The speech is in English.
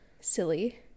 silly